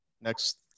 Next